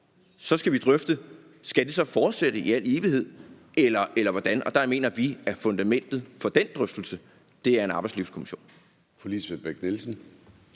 Så skal vi drøfte, om det så skal fortsætte i al evighed, eller hvordan det skal være, og der mener vi, at fundamentet for den drøftelse er en arbejdslivskommission.